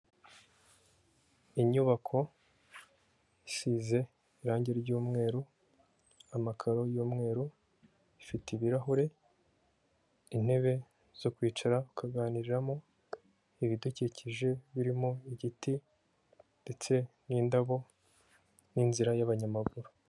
Inyubako isize irange ry'umweru, amakaro y'umweru ifite ibirahure, intebe zo kwicara ukaganiramo, ibidukikije birimo igiti ndetse n'indabo n'inzira y'abanyamaguru.